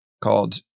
called